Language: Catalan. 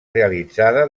realitzada